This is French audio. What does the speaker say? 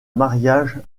mariage